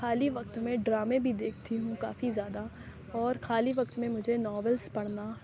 خالی وقت میں ڈرامے بھی دیکھتی ہوں کافی زیادہ اور خالی وقت میں مجھے ناولس پڑھنا